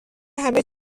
همه